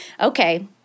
okay